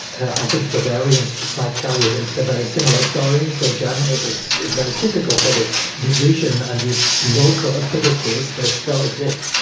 i think bavarians might tell you a so very similar story. so, germany is is very typical for this division and these local affinities that still exist.